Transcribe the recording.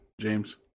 james